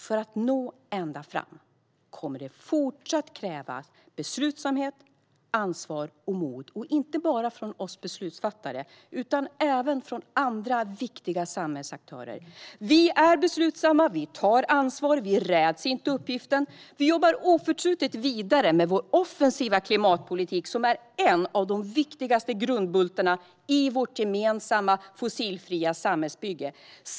För att nå ända fram kommer det fortsatt att krävas beslutsamhet, ansvar och mod, inte bara från oss beslutsfattare utan även från andra viktiga samhällsaktörer. Vi är beslutsamma, vi tar ansvar, vi räds inte uppgiften! Vi jobbar oförtrutet vidare med vår offensiva klimatpolitik, som är en av de viktigaste grundbultarna i vårt gemensamma fossilfria samhällsbygge.